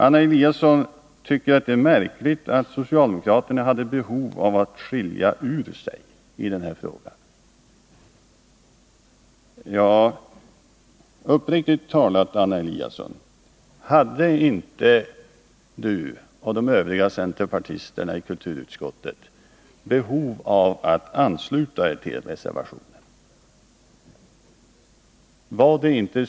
Anna Eliasson tycker att det är märkligt att socialdemokraterna hade behov att skilja ut sig i den här frågan. Uppriktigt talat, Anna Eliasson, hade inte du och de övriga centerpartisterna i konstitutionsutskottet behov av att ansluta er till reservationen?